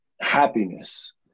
happiness